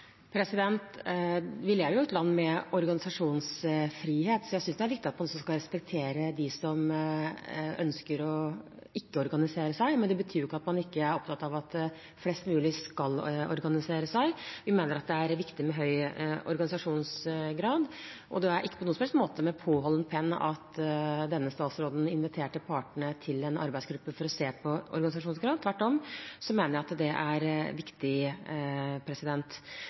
Vi lever i et land med organisasjonsfrihet. Jeg synes det er viktig at man også respekterer dem som ikke ønsker å organisere seg, men det betyr ikke at man ikke er opptatt av at flest mulig skal organisere seg. Vi mener at det er viktig med høy organisasjonsgrad, og det er ikke på noen som helst måte med påholden penn at denne statsråden inviterte partene til en arbeidsgruppe for å se på organisasjonsgrad. Tvert om mener jeg at det er viktig.